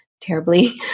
terribly